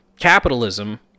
capitalism